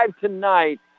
tonight